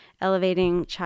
elevating